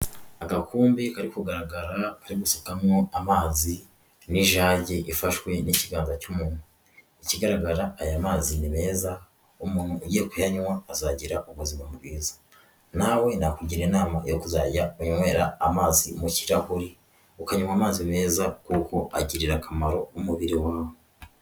Agakombe kari kugaragara ari gusukamwo amazi n'ijage ifashwe n'ikiganza cy'umuntu. Ikigaragara aya mazi ni meza, umuntu ugiye kuyanywa azagira ubuzima bwiza. Nawe nakugira inama yo kuzajya unywera amazi mu kirahuri, ukanywa amazi meza kuko agirira akamaro umubiri wawe.